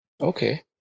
Okay